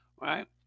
right